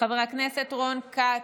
חבר הכנסת רון כץ,